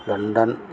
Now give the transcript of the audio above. London